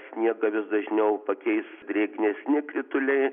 sniegą vis dažniau pakeis drėgnesni krituliai